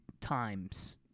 times